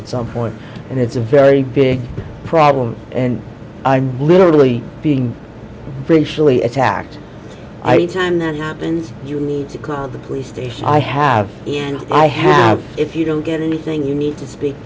at some point and it's a very big problem and i'm literally being british really attacked i e time that happens you need to call the police station i have and i have if you don't get anything you need to speak